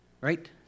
right